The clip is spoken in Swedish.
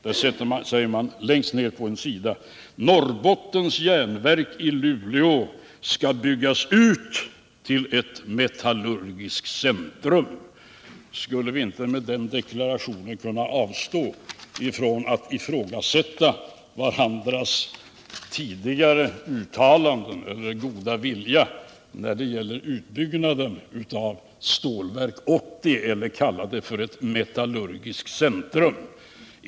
Där framhålls det längst ned på en sida: ”Norrbottens Järnverk i Luleå skall byggas ut till ett metallurgiskt centrum.” Skulle vi inte med den deklarationen kunna avstå från att ifrågasätta varandras tidigare uttalanden eller goda vilja när det gäller utbyggnaden av Stålverk 80 eller — om man vill kalla det så — ett metallurgiskt centrum?